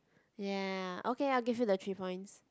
ya okay I'll give you the three points